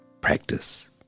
practice